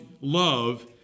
love